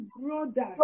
brothers